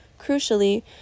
Crucially